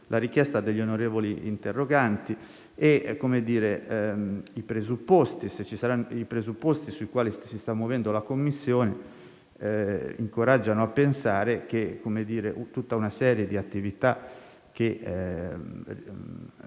la richiesta degli onorevoli interroganti. I presupposti sui quali si sta muovendo la commissione incoraggiano a pensare che tutta una serie di attività che